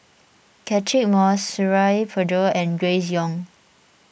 Catchick Moses Suradi Parjo and Grace Young